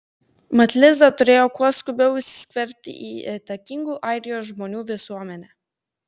mat liza turėjo kuo skubiau įsiskverbti į įtakingų airijos žmonių visuomenę